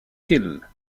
hill